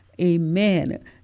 amen